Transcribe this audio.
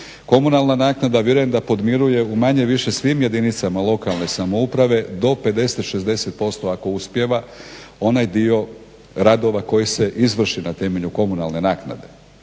Komunalna naknada vjerujem da podmiruje u manje-više svim jedinicama lokalne samouprave do 50, 60% ako uspijeva onaj dio radova koji se izvrši na temelju komunalne naknade,